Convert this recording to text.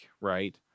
right